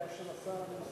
זו התשובה של השר.